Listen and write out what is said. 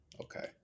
Okay